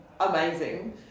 amazing